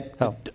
no